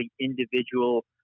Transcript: individual